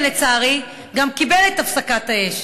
שלצערי גם קיבל את הפסקת האש,